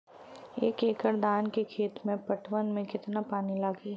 एक एकड़ धान के खेत के पटवन मे कितना पानी लागि?